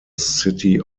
city